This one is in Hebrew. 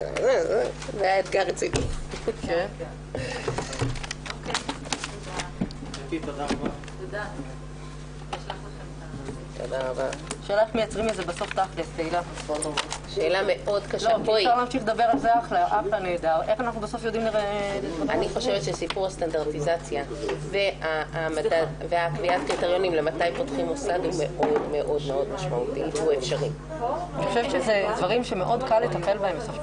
הישיבה ננעלה בשעה 11:40.